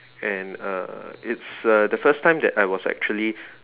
and uh it's uh the first time I was actually